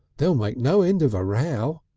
they'll make no end of a row!